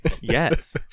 yes